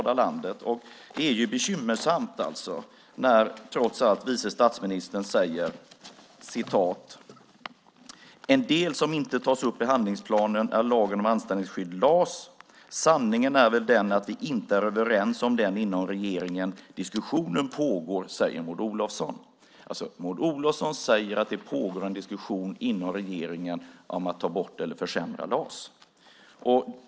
Det är bekymmersamt när vice statsministern säger: En del som inte tas upp i handlingsplanen är lagen om anställningsskydd, LAS. Sanningen är väl att vi inte är överens om den inom regeringen. Diskussioner pågår. Så säger Maud Olofsson. Maud Olofsson säger alltså att det pågår en diskussion inom regeringen om att ta bort eller försämra LAS.